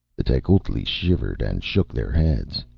the tecuhltli shivered and shook their heads.